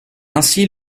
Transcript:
ainsi